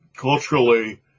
culturally